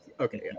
Okay